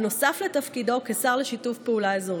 נוסף על תפקידו כשר לשיתוף פעולה אזורי.